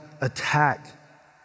attack